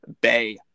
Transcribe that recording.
Bay